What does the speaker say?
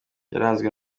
yaranzwe